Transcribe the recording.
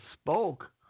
spoke